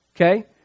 Okay